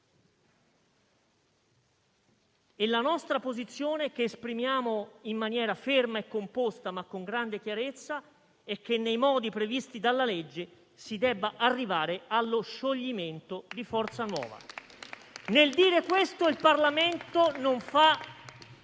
La nostra posizione, che esprimiamo in maniera ferma e composta ma con grande chiarezza, è che nei modi previsti dalla legge si debba arrivare allo scioglimento di Forza Nuova. Nel dire questo, il Parlamento non fa